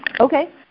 Okay